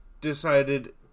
decided